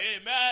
Amen